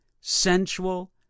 sensual